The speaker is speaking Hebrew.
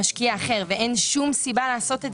אין שום סיבה לעשות זאת.